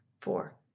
four